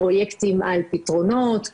פרוייקטים על פתרונות,